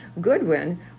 Goodwin